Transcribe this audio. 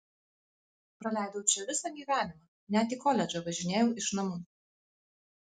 praleidau čia visą gyvenimą net į koledžą važinėjau iš namų